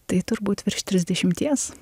tai turbūt virš trisdešimties